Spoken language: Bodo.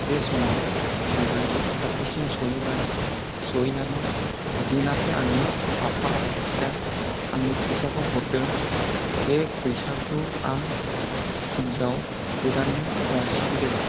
बे समाव हैबाय खाथिसिम सहैबाय सहैनानै जिनाखि आंनि आफाया आंनो फैसाखौ हरदों बे फैसाखौ आं हिनजाव गोदाननो जासिहैदों